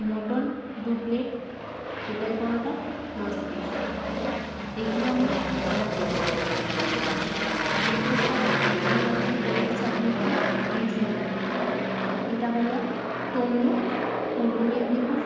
mutton দু plate পেটাই পরোটা দশ পিস এগুলো আমি অর্ডার করছি আচ্ছা অ্যাড্রেসটা আমি আপনাকে বলে দিচ্ছি আপনি একটু লিখে নেবেন এটা হল তমলুক পূর্ব মেদনীপুর